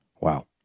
Wow